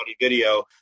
video